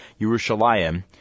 Yerushalayim